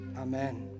Amen